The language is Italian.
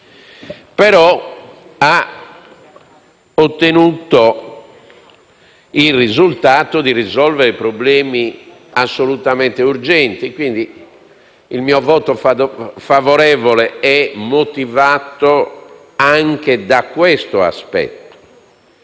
però ottenuto il risultato di risolvere problemi assolutamente urgenti, quindi il mio voto favorevole è motivato anche da quest'aspetto.